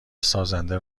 سازنده